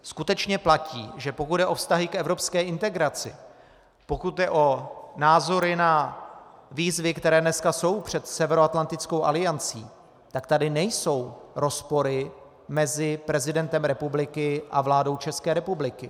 Skutečně platí, že pokud jde o vztahy k evropské integraci, pokud jde o názory na výzvy, které dneska jsou před Severoatlantickou aliancí, tak tady nejsou rozpory mezi prezidentem republiky a vládou České republiky.